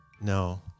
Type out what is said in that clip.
No